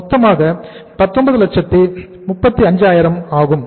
மொத்தமாக 1935000 ஆகும்